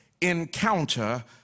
encounter